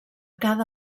cada